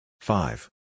Five